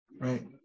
right